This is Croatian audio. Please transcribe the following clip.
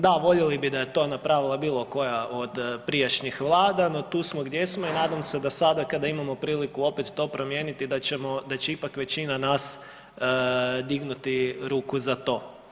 Da voljeli bi da je to napravila bilo koja od prijašnjih vlada, no tu smo gdje smo i nadam se da sada kada imamo priliku opet to promijeniti da će ipak većina nas dignuti ruku za to.